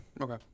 Okay